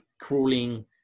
crawling